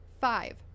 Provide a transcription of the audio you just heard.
Five